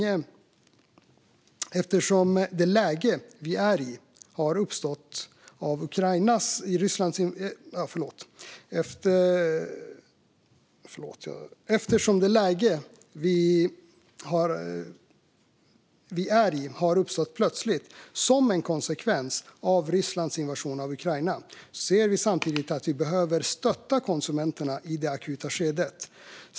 Eftersom det läge vi är i har uppstått plötsligt, och som en konsekvens av Rysslands invasion av Ukraina, ser vi samtidigt att vi behöver stötta konsumenterna i det akuta skedet.